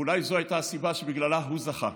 ואולי זו הייתה הסיבה שבגללה הוא זכה.